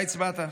אתה הצבעת,